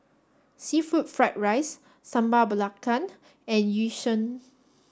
seafood fried rice Sambal Belacan and yu sheng